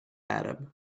arab